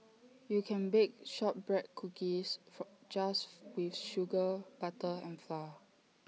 you can bake Shortbread Cookies just with sugar butter and flour